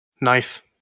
Knife